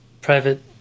private